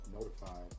notified